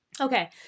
okay